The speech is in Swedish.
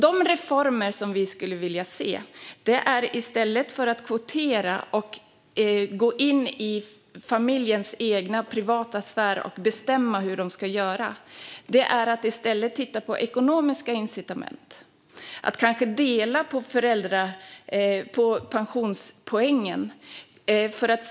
De reformer som vi skulle vilja se är att man tittar på ekonomiska incitament i stället för att kvotera och gå in i familjernas egen, privata sfär och bestämma hur de ska göra. Man kanske kan dela på pensionspoängen, till exempel.